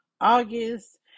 August